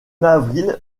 avril